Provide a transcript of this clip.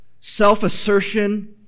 self-assertion